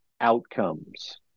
outcomes